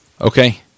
Okay